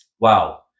Wow